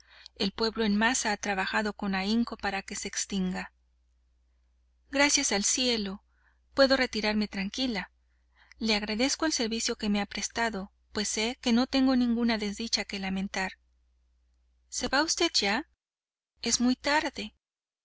el pueblo en masa ha trabajado con ahínco para que se extinga gracias al cielo puedo retirarme tranquila le agradezco el servicio que me ha prestado pues sé que no tengo ninguna desdicha que lamentar se va usted ya es muy tarde